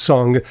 Song